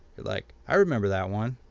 you're like i remember that one.